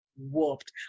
whooped